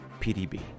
PDB